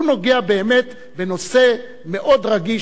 הוא נוגע באמת בנושא מאוד רגיש,